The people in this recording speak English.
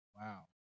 Wow